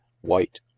white